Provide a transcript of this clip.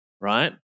right